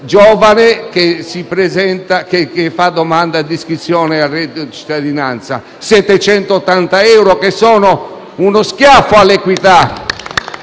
giovane che fa domanda di iscrizione al reddito di cittadinanza. 780 euro, che sono uno schiaffo all'equità.